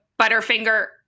Butterfinger